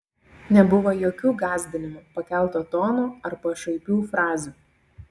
nebuvo jokių gąsdinimų pakelto tono ar pašaipių frazių